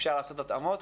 אפשר לעשות התאמות,